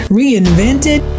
reinvented